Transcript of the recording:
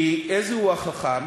כי איזהו חכם,